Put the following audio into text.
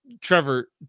Trevor